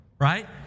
right